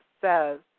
says